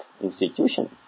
institution